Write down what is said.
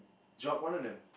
drop one of them